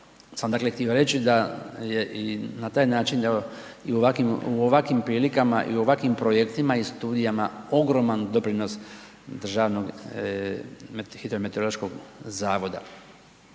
sam dakle htio reći da je i na taj način evo i u ovakvim prilikama i u ovakvim projektima i studijama ogroman doprinos Državnog hidrometeorološkog zavoda.